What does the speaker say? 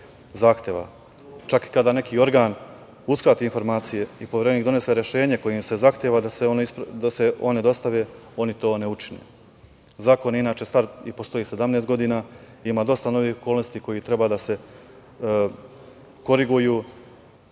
zahteva. Čak i kada neki organ uskrati informacije i Poverenik donese rešenje kojim se zahteva da se one dostave, oni to ne učine. Zakon je inače star i postoji 17 godine, ima dosta novih okolnosti koje treba da se koriguju,